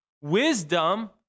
Wisdom